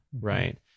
Right